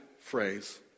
phrase